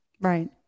Right